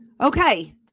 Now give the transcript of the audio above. Okay